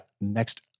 next